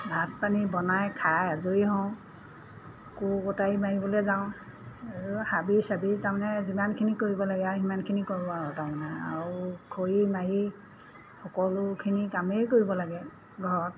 ভাত পানী বনাই খাই আজৰি হওঁ কোৰ কটাৰী মাৰিবলৈ যাওঁ আৰু হাবি চাবি তামানে যিমানখিনি কৰিব লাগে আৰু সিমানখিনি কৰোঁ আৰু তাৰ মানে আৰু খৰি মাৰি সকলোখিনি কামেই কৰিব লাগে ঘৰত